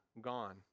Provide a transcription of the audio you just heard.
gone